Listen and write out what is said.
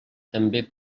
també